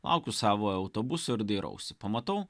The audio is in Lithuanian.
laukiu savo autobuso ir dairausi pamatau